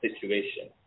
situation